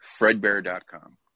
Fredbear.com